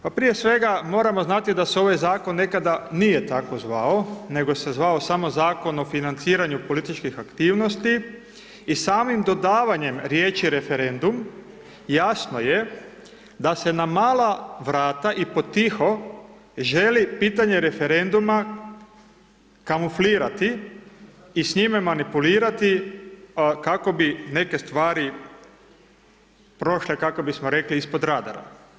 Pa prije svega moramo znati da se ovaj Zakon nekada nije tako zvao, nego se zvao samo Zakon o financiranju političkih aktivnosti i samim dodavanjem riječi referendum, jasno je da se na mala vrata i potiho želi pitanje referenduma kamuflirati i s njime manipulirati kako bi neke stvari prošle, kako bismo rekli, ispod radara.